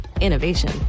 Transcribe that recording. innovation